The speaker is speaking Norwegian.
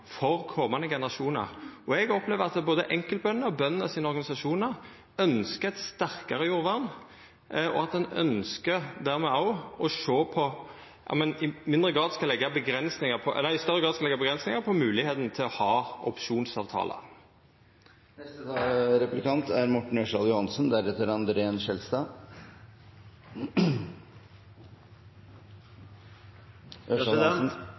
for komande generasjonar. Eg opplever at både enkeltbønder og bondeorganisasjonar ønskjer eit sterkare jordvern, og at ein dermed òg ønskjer å sjå på om ein i større grad skal leggja avgrensingar på moglegheita til å ha opsjonsavtalar. Jeg lurer på hvor kjempefornøyd representanten Pollestad nå er